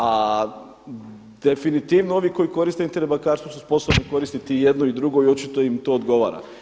A definitivno ovi koji koriste Internet bankarstvo su sposobni koristiti i jedno i drugo i očito im to odgovara.